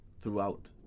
throughout